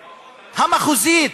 המחוזית,